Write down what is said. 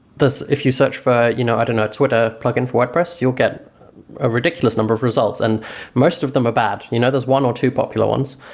thus, if you search for, you know i don't know, twitter plugin for wordpress, you'll get a ridiculous number of results. and most of them are bad, you know there's one or two popular ones.